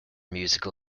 musical